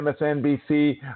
MSNBC